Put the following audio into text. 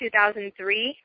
2003